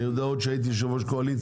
זה אני יודע עוד כשהייתי יושב-ראש קואליציה.